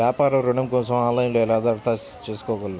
వ్యాపార ఋణం కోసం ఆన్లైన్లో ఎలా దరఖాస్తు చేసుకోగలను?